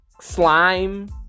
slime